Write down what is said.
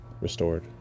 restored